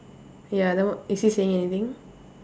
ya then wh~ is he saying anything